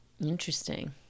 interesting